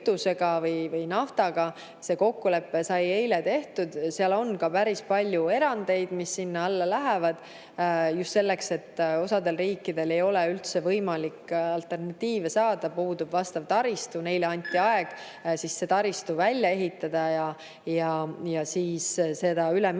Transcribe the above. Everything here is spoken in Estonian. kohta see kokkulepe sai eile tehtud. Seal on ka päris palju erandeid, mis sinna alla lähevad – just selleks, et osal riikidel ei ole üldse võimalik alternatiive kasutada, puudub vastav taristu. Neile anti aeg see taristu välja ehitada ja siis üle minna.